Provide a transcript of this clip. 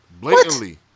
Blatantly